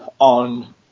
on